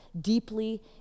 deeply